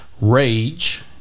rage